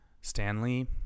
Stanley